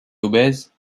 obèse